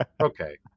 okay